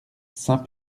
saint